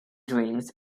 dreams